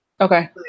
Okay